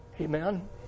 Amen